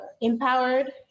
empowered